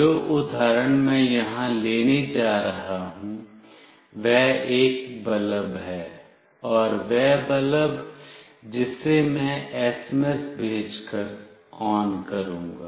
जो उदाहरण मैं यहां लेने जा रहा हूं वह एक बल्ब है और वह बल्ब जिसे मैं एसएमएस भेजकर ON करूंगा